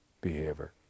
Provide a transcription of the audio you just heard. behavior